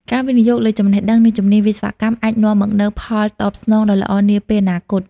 ការវិនិយោគលើចំណេះដឹង និងជំនាញវិស្វកម្មអាចនាំមកនូវផលតបស្នងដ៏ល្អនាពេលអនាគត។